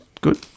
good